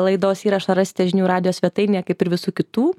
laidos įrašą rasite žinių radijo svetainėje kaip ir visų kitų